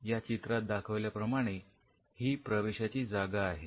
या चित्रात दाखवल्याप्रमाणे ही प्रवेशाची जागा आहे